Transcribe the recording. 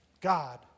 God